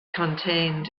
contained